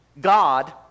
God